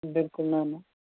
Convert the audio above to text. بِلکُل نہ نہ